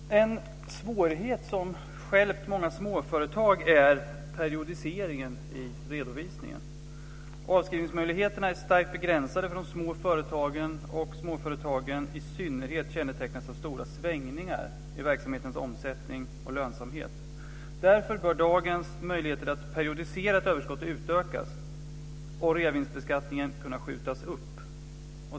Fru talman! Den svårighet som stjälpt många småföretag är periodiseringen i redovisningen. Avskrivningsmöjligheterna är starkt begränsade för de små företagen, och småföretagen i synnerhet kännetecknas av stora svängningar i verksamhetens omsättning och lönsamhet. Därför bör dagens möjligheter att periodisera ett överskott utökas och reavinstbeskattningen kunna skjutas upp.